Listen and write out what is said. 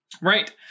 Right